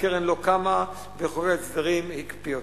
הקרן לא קמה, וחוק ההסדרים הקפיא אותו.